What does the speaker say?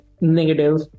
negative